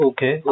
Okay